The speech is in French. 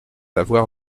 avoir